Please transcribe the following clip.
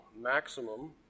maximum